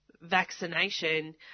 vaccination